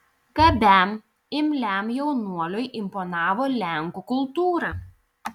gabiam imliam jaunuoliui imponavo lenkų kultūra